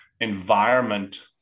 environment